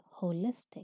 holistic